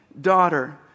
daughter